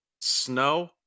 Snow